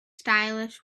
stylish